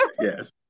yes